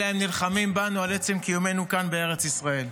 אלא הם נלחמים בנו על עצם קיומנו כאן בארץ ישראל.